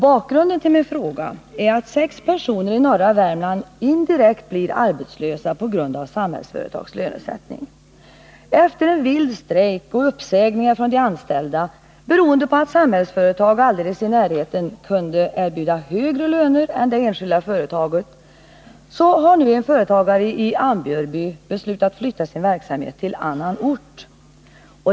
Bakgrunden till min fråga är att sex personer i norra Värmland indirekt blir arbetslösa på grund av Samhällsföretags lönesättning. Efter en vild strejk och uppsägningar från de anställda, beroende på att Samhällsföretag alldeles i närheten kunde erbjuda högre löner än det enskilda företaget, har nu en företagare i Ambjörby beslutat flytta sin verksamhet till annan ort.